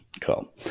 Cool